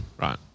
Right